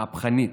מהפכנית,